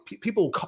people